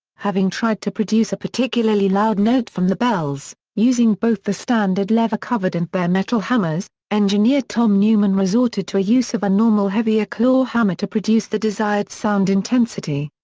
having tried to produce a particularly loud note from the bells, using both the standard leather-covered and bare metal hammers, engineer tom newman resorted to a use of a normal heavier claw hammer to produce the desired sound intensity.